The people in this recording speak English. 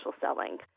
selling